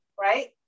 right